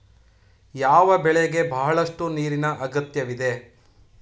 ಯಾವ ಬೆಳೆಗೆ ಬಹಳಷ್ಟು ನೀರಿನ ಅಗತ್ಯವಿದೆ?